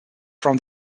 from